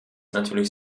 natürlich